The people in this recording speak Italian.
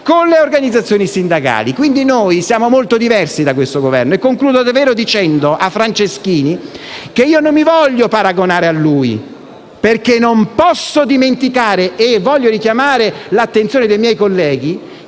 con le organizzazioni sindacali». Quindi noi siamo molto diversi da questo Governo. Concludo dicendo al ministro Franceschini che non mi voglio paragonare a lui, perché non posso dimenticare - e voglio richiamare l'attenzione dei miei colleghi